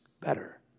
better